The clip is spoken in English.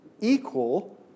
equal